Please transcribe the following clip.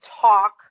talk